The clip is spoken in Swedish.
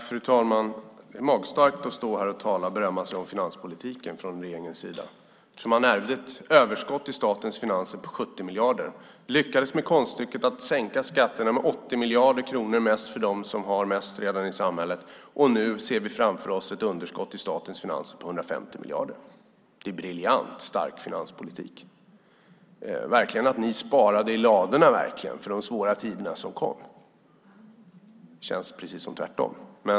Fru talman! Det är magstarkt att stå och berömma sig om finanspolitiken från regeringens sida. Ni ärvde ett överskott i statens finanser på 70 miljarder, Sofia Larsen, och lyckades med konststycket att sänka skatterna med 80 miljarder, mest för dem som redan har mest i samhället. Nu ser vi framför oss ett underskott i statens finanser på 150 miljarder. Det är en briljant stark finanspolitik! Ni sparade verkligen i ladorna för de svåra tider som kom! Det känns dock inte så - tvärtom.